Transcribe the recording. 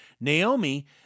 Naomi